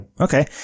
okay